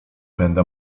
będę